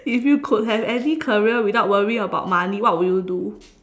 if you could have any career without worrying about money what would you do